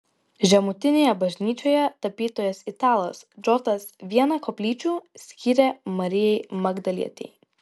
žemutinėje bažnyčioje tapytojas italas džotas vieną koplyčių skyrė marijai magdalietei